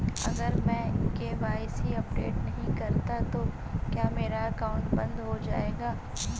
अगर मैं KYC update नहीं करता तो क्या मेरा अकाउंट बंद हो जाएगा?